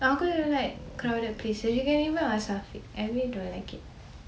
aku don't like crowded places you can ask afiq I really don't like it